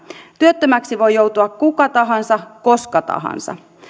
työttömäksi voi joutua kuka tahansa koska tahansa